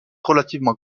relativement